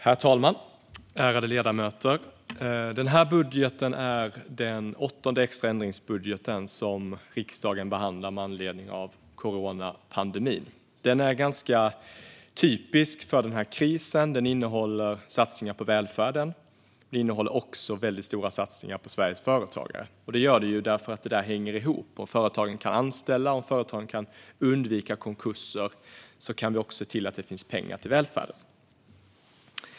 Herr talman! Ärade ledamöter! Denna budget är den åttonde extra ändringsbudget som riksdagen behandlar med anledning av coronapandemin. Den är ganska typisk för denna kris. Den innehåller satsningar på välfärden, och den innehåller också väldigt stora satsningar på Sveriges företagare. Det gör den därför att detta hänger ihop - om företagen kan anställa och om företagen kan undvika konkurser kan vi också se till att det finns pengar till välfärden.